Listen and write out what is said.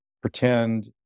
pretend